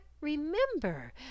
remember